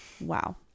Wow